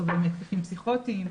סובל מהתקפים פסיכוטיים.